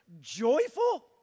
joyful